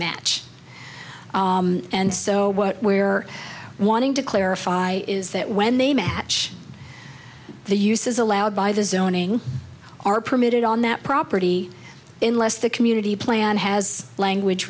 match and so what we're wanting to clarify is that when they match the use is allowed by the zoning are permitted on that property in less the community plan has language